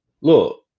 look